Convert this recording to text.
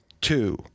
two